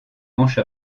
manche